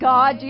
God